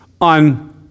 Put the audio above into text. on